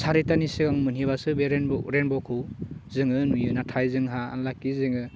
सारिथानि सिगां मोनहैबासो बे रेइनब' रेइनब'खौ जोङो नुयो नाथाय जोंहा आनलाकि जोङो